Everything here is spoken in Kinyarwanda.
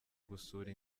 gusura